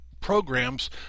programs